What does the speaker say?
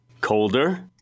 Colder